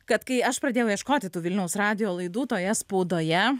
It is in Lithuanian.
kad kai aš pradėjau ieškoti tų vilniaus radijo laidų toje spaudoje